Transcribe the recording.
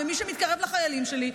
ומי שמתקרב לחיילים שלי,